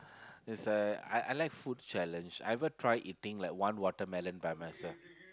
it's a I I like food challenge I ever try eating like one watermelon by myself